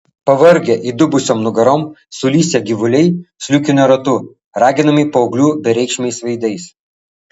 pavargę įdubusiom nugarom sulysę gyvuliai sliūkino ratu raginami paauglių bereikšmiais veidais